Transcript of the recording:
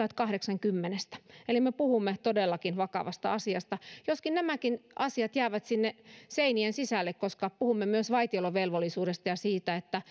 että kahdeksan kymmenestä eli me puhumme todellakin vakavasta asiasta joskin nämäkin asiat jäävät sinne seinien sisälle koska puhumme myös vaitiolovelvollisuudesta ja siitä että